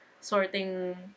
sorting